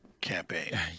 campaign